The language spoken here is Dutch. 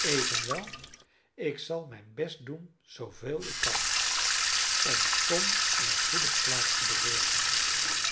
evenwel ik zal mijn best doen zooveel ik kan om tom eene goede plaats te bezorgen